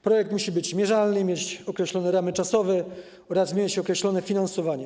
Projekt musi być mierzalny, mieć określone ramy czasowe oraz mieć określone finansowanie.